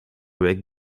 week